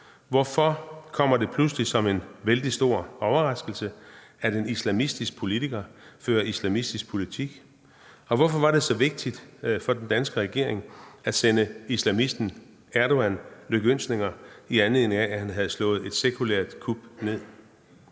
Hvorfor kommer det pludselig som en vældig stor overraskelse, at en islamistisk politiker fører islamistisk politik? Og hvorfor var det så vigtigt for den danske regering at sende islamisten Erdogan lykønskninger, i anledning af at han havde slået et sekulært kup ned?